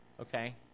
Okay